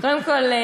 קודם כול,